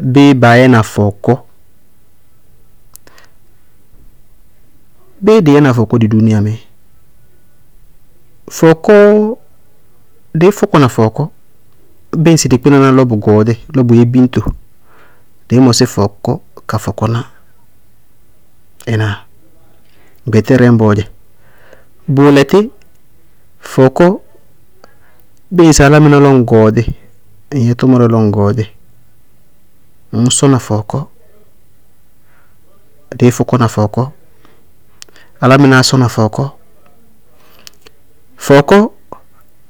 Béé baá yɛna fɔɔkɔ? Béé dɩí yɛna fɔɔkɔ dɩ duuniya mɛ? Fɔɔkɔ, dɩí fɔkɔna fɔɔkɔ, bíɩ ŋsɩ dɩ kpínaná lɔ bʋ gɔɔdíɩ, lɔ bʋyɛ biñto, dɩí mɔsí fɔɔkɔ ka fɔkɔná. Ɩnáa? Gbɛtɛrɛ ñbɔɔdzɛ. Bʋʋlɛtɩ fɔɔkɔ, bíɩ ŋsɩ álámɩná lɔ gɔɔdíɩ ŋ yɛ tʋmʋrɛ lɔ ŋ gɔɔdíɩ, ŋñsɔna fɔɔkɔ, dɩí fɔkɔna fɔɔkɔ, álámɩnáá sɔna fɔɔkɔ, fɔɔkɔ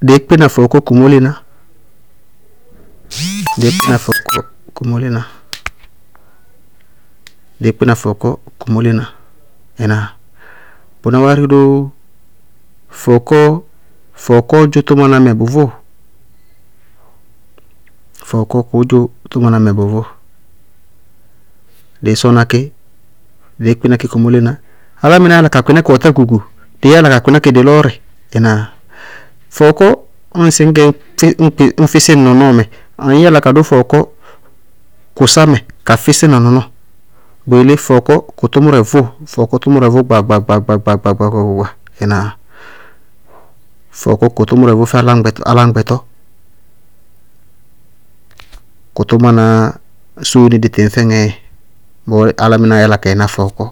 dɩí kpína fɔɔkɔ kumólená, dɩí kpína fɔɔkɔ kumólená, dɩí kpína fɔɔkɔ kumólená, ɩnáa? Bʋná wárí ró, fɔɔkɔ, fɔɔkɔ dzʋ tʋmanámɛ bʋvʋʋ, fɔɔkɔ kʋ dzʋ tʋmanámɛ bʋvʋʋ, dɩɩ sɔna kɩ, dɩí kpína kí kumólená, álámɩnáá yála ka kpɩná kɩ ɔ tákuku, dɩí yála ka kpɩná kɩ dɩ lɔɔrɩ, ɩnáa? Fɔɔkɔ ñŋsɩ ŋñgɛ sɛ ñ gɛ- ŋ físí ŋ nɔnɔɔ mɛ, ŋñ yála ka dʋ fɔɔkɔ kʋsámɛ ka físí na nɔnɔɔ, bʋ yelé fɔɔkɔ, kʋ tʋmʋrɛ vʋʋ, fɔɔkɔ tʋmʋrɛ vʋ gbaagba- gbaagba- gbaagba- ɩnáa? Fɔɔkɔ kʋ tʋmʋrɛ vʋʋ fɛ áláñgbɛtɔ, kʋ tʋmaná sóóni dɩ tɩñ fɛŋɛɛ, bɔɔ álámɩnáá yála ka yɛná fɔɔkɔ.